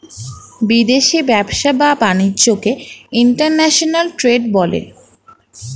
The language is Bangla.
বিদেশি ব্যবসা বা বাণিজ্যকে ইন্টারন্যাশনাল ট্রেড বলে